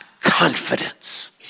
confidence